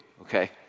okay